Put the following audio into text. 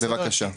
בבקשה.